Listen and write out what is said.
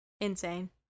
Insane